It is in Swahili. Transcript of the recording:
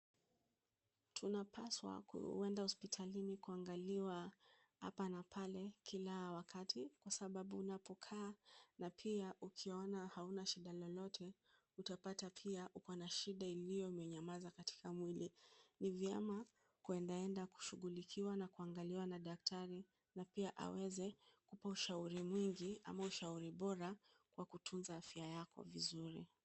Tunapaswa kuenda hospitalini kuangaliwa hapa na pale kila wakati kwa sababu unapokaa na pia ukiona hauna shida lolote utapata pia wana shida iliyo imenyamaza katika mwili. Ni vyema kuenda enda kushughulikiwa na kuangaliwa na daktari na pia aweze kukupa ushauri mwingi ama ushauri bora wa kutunza afya yako vizuri.